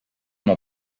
mon